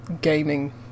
gaming